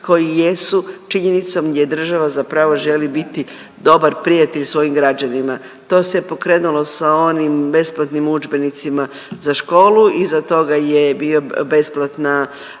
koji jesu činjenica gdje država zapravo želi biti dobar prijatelj svojim građanima. To se pokrenulo sa onim besplatnim udžbenicima za školu, iza toga je bio besplatna